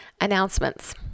Announcements